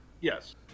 Yes